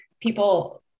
people